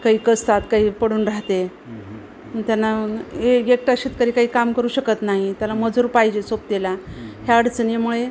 काही कसतात काही पडून राहते त्यांना ये एकटा शेतकरी काही काम करू शकत नाही त्याला मजूर पाहिजे सोबतीला ह्या अडचणीमुळे